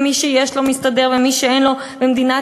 ושמי שיש לו מסתדר ומי שאין לו במדינת